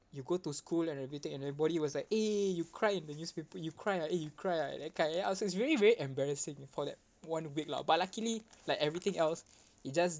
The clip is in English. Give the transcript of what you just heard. you go to school and everything and everybody was like eh you cry in the newspaper you cry ah eh you cry ah that kind so it's very very embarrassing for that one week lah but luckily like everything else it just